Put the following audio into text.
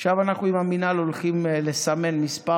עכשיו אנחנו, עם המינהל, הולכים לסמן כמה